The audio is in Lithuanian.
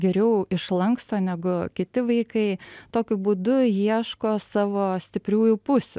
geriau išlanksto negu kiti vaikai tokiu būdu ieško savo stipriųjų pusių